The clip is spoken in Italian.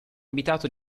abitato